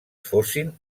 fossin